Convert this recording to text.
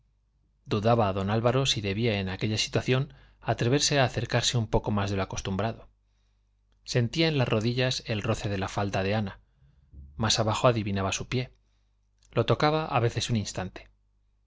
dudaba don álvaro si debía en aquella situación atreverse a acercarse un poco más de lo acostumbrado sentía en las rodillas el roce de la falda de ana más abajo adivinaba su pie lo tocaba a veces un instante